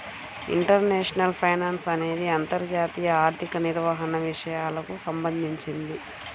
international finance అనేది అంతర్జాతీయ ఆర్థిక నిర్వహణ విషయాలకు సంబంధించింది